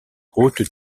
haute